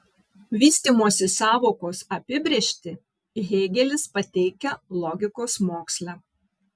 vystymosi sąvokos apibrėžtį hėgelis pateikia logikos moksle